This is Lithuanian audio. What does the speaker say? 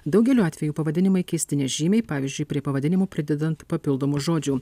daugeliu atvejų pavadinimai kisti nežymiai pavyzdžiui prie pavadinimų pridedant papildomų žodžių